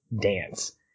dance